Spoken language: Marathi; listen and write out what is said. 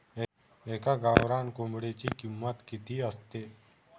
एका गावरान कोंबडीची किंमत किती असते?